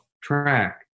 track